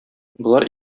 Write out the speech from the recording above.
болар